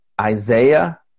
Isaiah